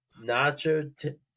Nacho